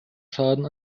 schaden